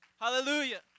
Hallelujah